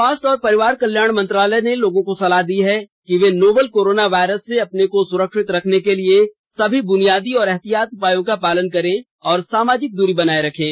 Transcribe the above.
स्वास्थ्य और परिवार कल्याण मंत्रालय ने लोगों को सलाह दी है कि वे नोवल कोरोना वायरस से अपने को सुरक्षित रखने के लिए सभी बुनियादी एहतियाती उपायों का पालन करें और सामाजिक दूरी बनाए रखें